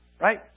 right